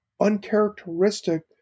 uncharacteristic